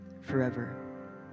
forever